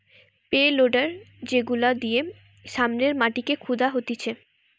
pay loader যেগুলা দিয়ে সামনের মাটিকে খুদা হতিছে